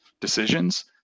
decisions